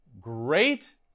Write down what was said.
great